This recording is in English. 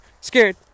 Scared